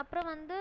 அப்புறம் வந்து